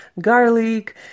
garlic